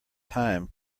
time